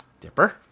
Dipper